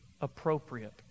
appropriate